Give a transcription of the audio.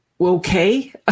okay